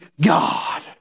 God